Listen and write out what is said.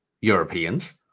Europeans